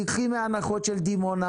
תיקחי מההנחות של דימונה,